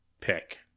pick